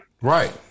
right